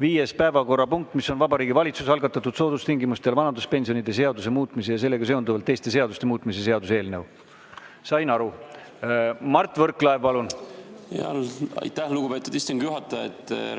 viies päevakorrapunkt, mis on Vabariigi Valitsuse algatatud soodustingimustel vanaduspensionide seaduse muutmise ja sellega seonduvalt teiste seaduste muutmise seaduse eelnõu. Sain aru. Mart Võrklaev, palun! Aitäh, lugupeetud istungi juhataja!